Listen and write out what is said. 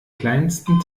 kleinsten